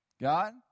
God